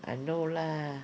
I know lah